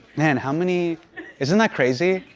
man how many isn't that crazy?